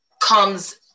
comes